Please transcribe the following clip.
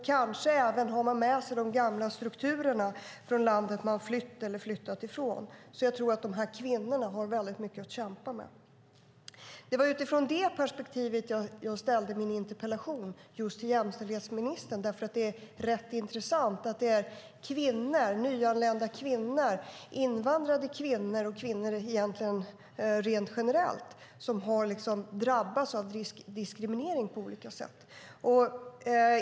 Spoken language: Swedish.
Kanske har de även med sig de gamla strukturerna från det land som de har flytt eller flyttat ifrån. Jag tror att dessa kvinnor har mycket att kämpa med. Det är utifrån detta perspektiv jag ställde min interpellation just till jämställdhetsministern. Det är rätt intressant att det är nyanlända kvinnor, invandrade kvinnor och egentligen kvinnor rent generellt som har drabbats av diskriminering på olika sätt.